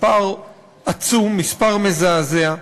מספר עצום, מספר מזעזע,